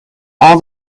all